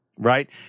Right